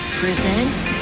presents